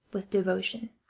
with devotion.